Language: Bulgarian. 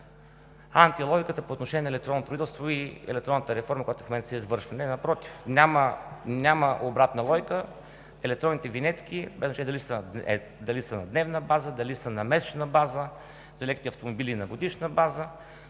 антилогиката по отношение на електронното правителство и електронната реформа, която в момента се извършва. Не, напротив! Няма обратна логика – електронните винетки, без значение дали са на дневна база, дали са на месечна база, за леките автомобили на годишна база,